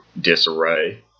disarray